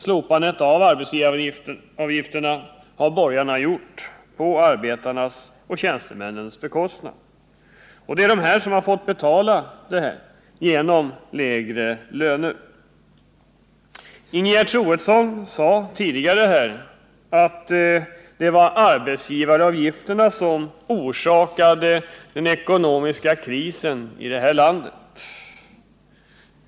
Slopandet av arbetsgivaravgifterna har av borgarna genomförts på arbetarnas och tjänstemännens bekostnad. Det är dessa som fått betala detta genom lägre löner. Ingegerd Troedsson sade tidigare här i kammaren att det var arbetsgivaravgifterna som hade orsakat den ekonomiska krisen i landet.